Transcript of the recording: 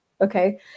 okay